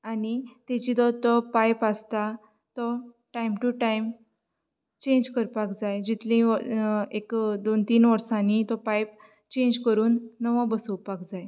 आनी तेची तो तो पायप आसता तो टायम टू टायम चेंज करपाक जाय जितलींय एक दोन वोर्सांनी तो पायप चेंज कोरून नवो बसोवपाक जाय